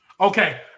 Okay